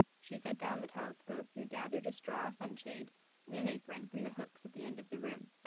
she set down the telescope and gathered a straw sunshade and an apron from the hooks at the end of the room,